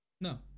No